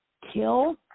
kill